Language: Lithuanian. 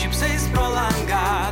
šypsais pro langą